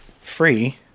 free